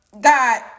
God